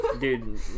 Dude